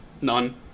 None